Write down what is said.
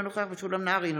אינו נוכח משולם נהרי,